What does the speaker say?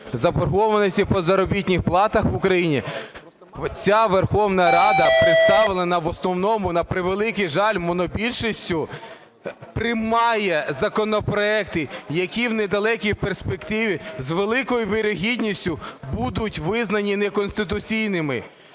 заборгованості по заробітних платах в Україні, - ця Верховна Рада, представлена в основному, на превеликий жаль, монобільшістю, приймає законопроекти, які в недалекій перспективі, з великою вірогідністю, будуть визнані неконституційними.